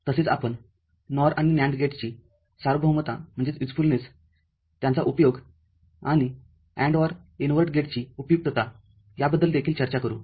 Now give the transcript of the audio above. तसेच आपण NOR आणि NAND गेट्सची सार्वभौमता त्यांचा उपयोग आणि AND OR इनव्हर्ट गेटची उपयुक्तता याबद्दल देखील चर्चा करू